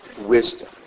wisdom